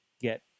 get